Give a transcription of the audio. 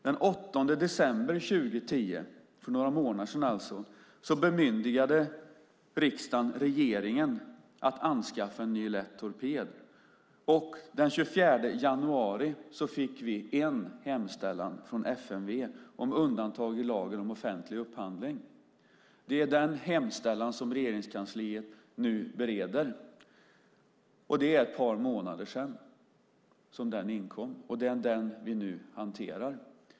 Den 8 december 2010, alltså för några månader sedan, bemyndigade riksdagen regeringen att anskaffa en ny lätt torped. Och den 24 januari fick vi en hemställan från FMV om undantag i lagen om offentlig upphandling. Det är den hemställan som Regeringskansliet nu bereder. Det är ett par månader sedan den inkom, och det är den vi nu hanterar.